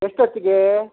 ಎಷ್ಟೊತ್ತಿಗೆ